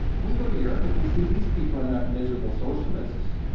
we go to europe and we see these people are not miserable socialists,